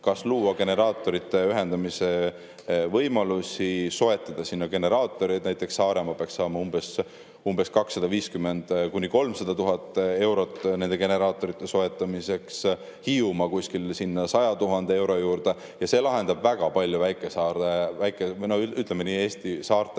siis luua generaatorite ühendamise võimalusi, soetada sinna generaatoreid. Näiteks Saaremaa peaks saama umbes 250 000 – 300 000 eurot nende generaatorite soetamiseks, Hiiumaa kuskil sinna 100 000 euro kanti. See lahendab väga palju väikesaarte, või no ütleme nii, Eesti saarte